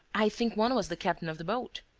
i think one was the captain of the boat.